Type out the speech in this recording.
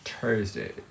Thursday